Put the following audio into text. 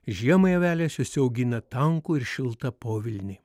žiemai avelės užsiaugina tankų ir šiltą povilnį